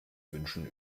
wünschen